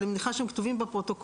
אבל אני מניחה שהם כתובים בפרוטוקול.